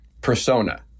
persona